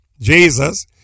Jesus